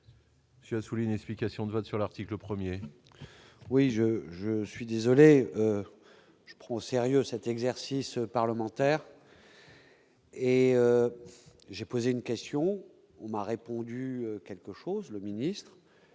vote. Je souligne, explications de vote sur l'article 1er oui. Je, je suis désolé je prends au sérieux cet exercice parlementaire. Et j'ai posé une question ma répondu quelque chose le ministre